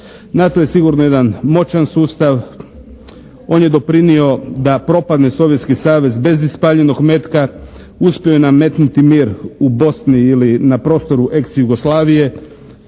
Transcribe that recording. NATO je sigurno jedan moćan sustav. On je doprinio da propadne Sovjetski Savez bez ispaljenog metka. Uspio je nametnuti mir u Bosni ili na prostoru ex Jugoslavije,